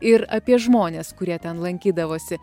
ir apie žmones kurie ten lankydavosi